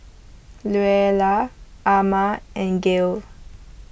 Luella Amma and Gayle